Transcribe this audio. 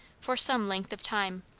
for some length of time.